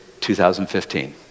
2015